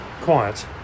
quiet